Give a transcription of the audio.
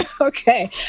okay